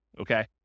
okay